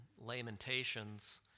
Lamentations